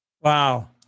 Wow